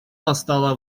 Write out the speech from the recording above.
настало